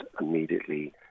immediately